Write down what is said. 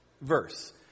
verse